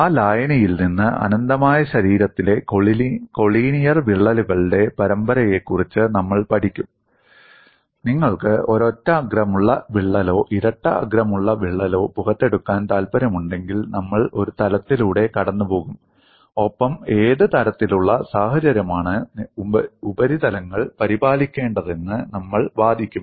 ആ ലായനിയിൽ നിന്ന് അനന്തമായ ശരീരത്തിലെ കൊളീനിയർ വിള്ളലുകളുടെ പരമ്പരയെക്കുറിച്ച് നമ്മൾ പഠിക്കും നിങ്ങൾക്ക് ഒരൊറ്റ അഗ്രമുള്ള വിള്ളലോ ഇരട്ട അറ്റങ്ങളുള്ള വിള്ളലോ പുറത്തെടുക്കാൻ താൽപ്പര്യമുണ്ടെങ്കിൽ നമ്മൾ ഒരു തലത്തിലൂടെ കടന്നുപോകും ഒപ്പം ഏത് തരത്തിലുള്ള സാഹചര്യമാണ് ഉപരിതലങ്ങൾ പരിപാലിക്കേണ്ടതെന്ന് നമ്മൾ വാദിക്കും